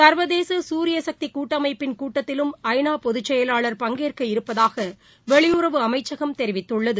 சர்வதேசசுரியசக்திகூட்டமைப்பின் கூட்டத்திலும் ஐநாபொதுச்செயலாளர் பங்கேற்க இருப்பதாகவெளியுறவு அமைச்சகம் தெரிவித்துள்ளது